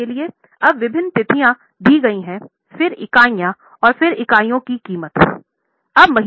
उदाहरण के लिए अब विभिन्न तिथियों दी गई हैं फिर इकाइयों और फिर इकाइयों की कीमतें हैं